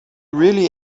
really